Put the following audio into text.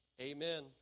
Amen